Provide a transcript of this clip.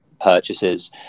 purchases